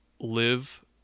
live